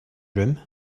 room